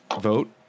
vote